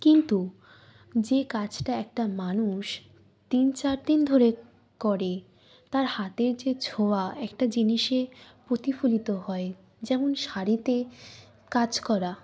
কিন্তু যে কাজটা একটা মানুষ তিন চার দিন ধরে করে তার হাতের যে ছোঁয়া একটা জিনিসে প্রতিফলিত হয় যেমন শাড়িতে কাজ করা